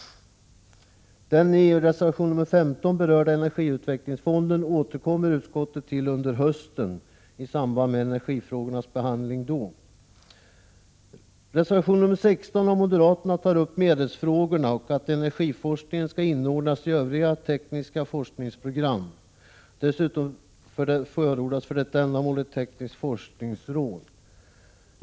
Den i reservation 15 berörda energiutvecklingsfonden återkommer utskottet till under hösten i samband med behandlingen av energifrågorna. I reservation 16 av moderaterna tar man upp medelsfrågorna och framhåller att energiforskningen bör inordnas i övriga tekniska forskningsprogram. Dessutom förordas för detta ändamål ett tekniskt forskningsråd.